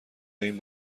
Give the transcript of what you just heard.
این